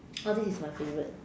all these is my favourite